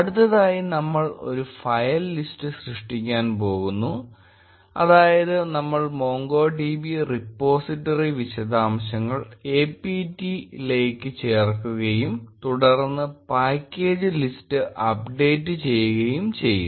അടുത്തതായി നമ്മൾ ഒരു ഫയൽ ലിസ്റ്റ് സൃഷ്ടിക്കാൻ പോകുന്നു അതായത് നമ്മൾ MongoDB റിപ്പോസിറ്ററി വിശദാംശങ്ങൾ apt ലേക്ക് ചേർക്കുകയും തുടർന്ന് പാക്കേജ് ലിസ്റ്റ് അപ്ഡേറ്റ് ചെയ്യുകയും ചെയ്യും